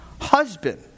husband